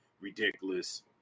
ridiculous